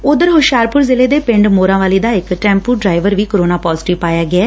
ਓਧਰ ਹੁਸ਼ਿਆਰਪੁਰ ਜ਼ਿਲ੍ਹੇ ਦੇ ਪਿੰਡ ਮੋਰਾਵਾਲੀ ਦਾ ਇਕ ਟੈਪੂ ਡਰਾਇਵਰ ਵੀ ਕੋਰੋਨਾ ਪਾਜ਼ੇਟਿਵ ਪਾਇਆ ਗਿਐ